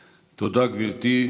תודה, גברתי.